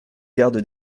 garde